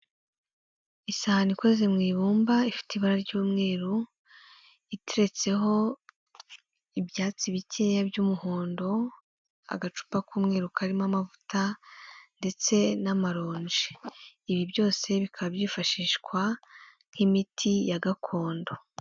Isahani ikoze mu ibumba ifite ibara ry'umweru iteretseho ibyatsi bikeya by'umuhondo, agacupa k'umweru karimo amavuta ndetse n'amaronji ibi byose bikaba byifashishwa nk'imiti ya gakondo.